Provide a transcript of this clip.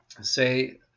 say